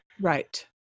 Right